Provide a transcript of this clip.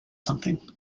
something